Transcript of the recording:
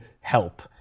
help